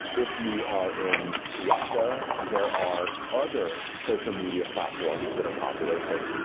if you are in russia, there are other social media platforms that are popular so